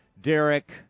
Derek